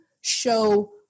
show